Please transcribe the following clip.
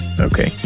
Okay